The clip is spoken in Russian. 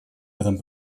этом